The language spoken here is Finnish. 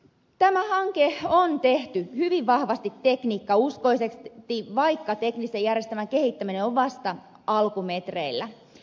tämä hanke on tehty hyvin vahvasti tekniikkauskoisesti vaikka teknisen järjestelmän kehittäminen on vasta alkumetreillä